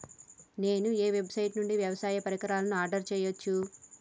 నేను ఏ వెబ్సైట్ నుండి వ్యవసాయ పరికరాలను ఆర్డర్ చేయవచ్చు?